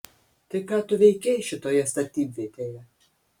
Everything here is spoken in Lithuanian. tai ką tu veikei šitoje statybvietėje